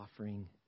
offering